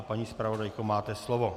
Paní zpravodajko, máte slovo.